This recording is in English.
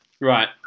Right